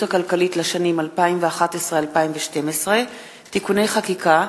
הכלכלית לשנים 2011 ו-2012 (תיקוני חקיקה),